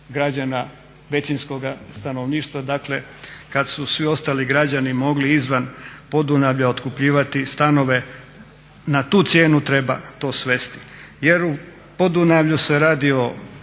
građana većinskoga stanovništva dakle kada su svi ostali građani mogli izvan podunavlja otkupljivati stanove. Na tu cijenu treba to svesti. Jer u podunavlju se radi o